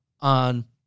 on